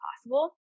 possible